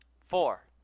Four